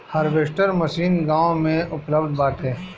harvester machine गाँव में उपलब्ध बाटे